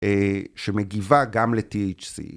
‫שמגיבה גם ל-THC.